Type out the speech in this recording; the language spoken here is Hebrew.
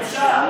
בושה.